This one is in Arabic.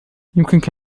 يمكنك